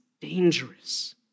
dangerous